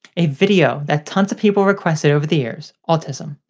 a video that tons of people requested over the years, autism,